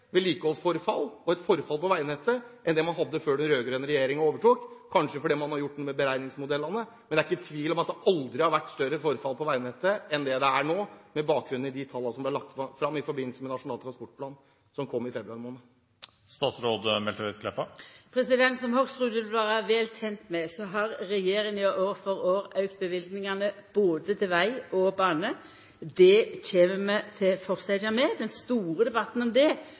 på veinettet enn det man hadde før den rød-grønne regjeringen overtok – kanskje fordi man har gjort noe med beregningsmodellene. Men det er ikke tvil om at det aldri har vært større forfall på veinettet enn det det er nå, med bakgrunn i de tallene som er lagt fram i forbindelse med Nasjonal transportplan, som kom i februar måned. Som Hoksrud vil vera vel kjend med, har regjeringa år for år auka løyvingane både til veg og bane. Det kjem vi til å fortsetja med. Den store debatten om det